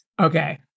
okay